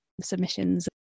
submissions